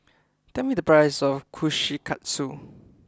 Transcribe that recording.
tell me the price of Kushikatsu